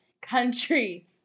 country